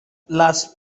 las